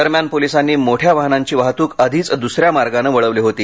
दरम्यान पोलिसांनी मोठ्या वाहनांची वाहतूक आधीच द्सऱ्या मार्गानं वळवली होती